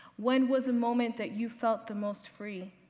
when was a moment that you felt the most free?